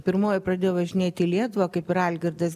pirmoji pradėjo važinėti į lietuvą kaip ir algirdas